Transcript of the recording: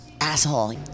asshole